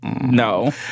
No